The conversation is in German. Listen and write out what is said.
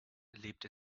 lebt